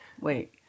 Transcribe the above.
Wait